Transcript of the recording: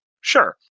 Sure